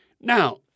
Now